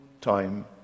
time